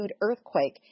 earthquake